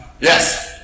Yes